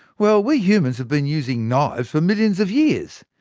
well, we humans have been using knives for millions of years.